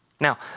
Now